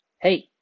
Hey